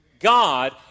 God